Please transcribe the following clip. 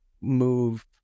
move